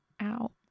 out